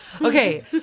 Okay